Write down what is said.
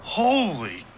holy